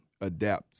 adapt